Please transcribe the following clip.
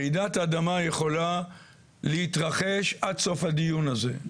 רעידת האדמה יכולה להתרחש עד סוף הדיון הזה.